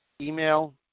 Email